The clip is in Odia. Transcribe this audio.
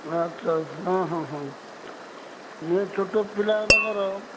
ଆଚ୍ଛା ହଁ ହଁ ହଁ ମୁଁ ଛୋଟ ପିଲାମାନଙ୍କର